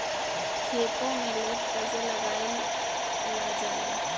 खेतो में लेप कईसे लगाई ल जाला?